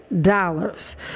dollars